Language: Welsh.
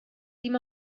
dim